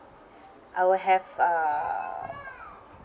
I will have uh